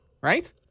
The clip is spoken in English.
right